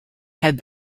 have